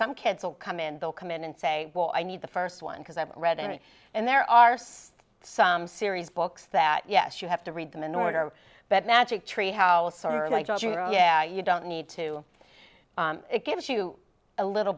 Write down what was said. some kids will come in they'll come in and say well i need the first one because i haven't read any and there are some series books that yes you have to read them in order but magic treehouse you don't need to it gives you a little